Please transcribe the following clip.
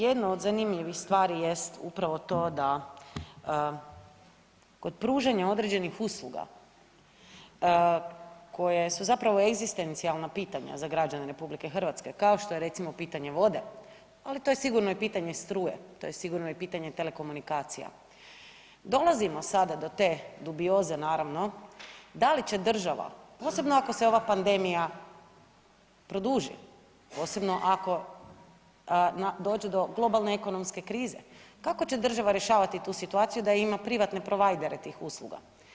Jedno od zanimljivih stvari jest upravo to da kod pružanja određenih usluga koje su zapravo egzistencijalna pitanja za građane RH kao što je recimo pitanje vode, ali to je sigurno pitanje struje, to je sigurno pitanje i telekomunikacija dolazimo sada do te dubioze naravno da li će država, posebno ako se ova pandemija produži, posebno ako dođe do globalne ekonomske krize kako će država rješavati tu situaciju da ima privatne provajdere tih usluga?